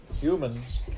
Humans